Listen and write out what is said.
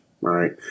right